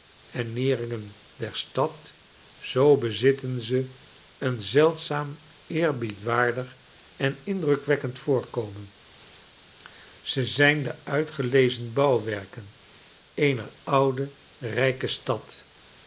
en neringen der stad zoo bezitten ze een zeldzaam eerwaardig en indrukwekkend voorkomen ze zijn de uitgelezen bouwwerken eener oude rijke stad